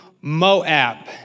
Moab